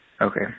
Okay